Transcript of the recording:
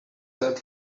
set